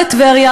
בטבריה,